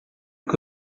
que